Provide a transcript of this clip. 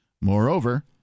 Moreover